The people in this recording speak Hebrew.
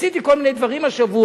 עשיתי כל מיני דברים השבוע,